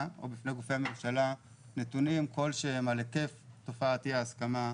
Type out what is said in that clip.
או בפני גופי הממשלה נתונים כלשהם על היקף תופעת אי ההסכמה,